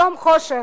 יום חושך.